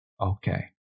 Okay